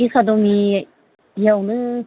एकाडेमियावनो